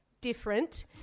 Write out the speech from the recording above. different